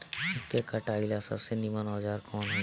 ईख के कटाई ला सबसे नीमन औजार कवन होई?